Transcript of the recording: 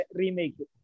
remake